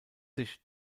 sich